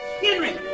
Henry